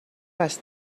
les